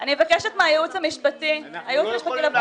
אני מבקשת מן הייעוץ המשפטי לוועדה.